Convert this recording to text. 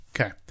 Okay